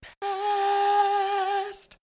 past